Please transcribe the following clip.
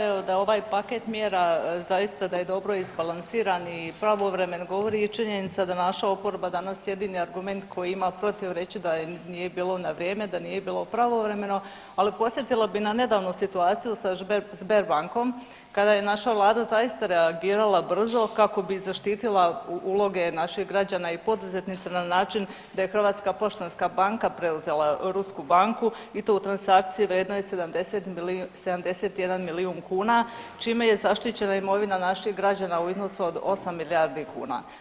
Poštovani kolega, evo da ovaj paket mjera zaista da je dobro izbalansiran i pravovremeno govori je činjenica da naša oporba danas jedini argument koji ima protiv reći da nije bilo na vrijeme, da nije bilo pravovremeno, ali podsjetila bi na nedavnu situaciju sa Sberbankom kada je naša vlada zaista reagirala brzo kako bi zaštitila uloge naših građana i poduzetnica na način da je HPB preuzela rusku banku i to u transakciji vrijednoj 71 milijun kuna čime je zaštićena imovina naših građana u iznosu od 8 milijardi kuna.